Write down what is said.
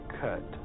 cut